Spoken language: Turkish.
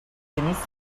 henüz